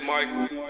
Michael